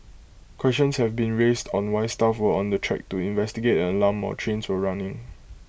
questions have been raised on why staff were on the track to investigate an alarm or trains were running